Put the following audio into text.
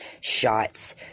shots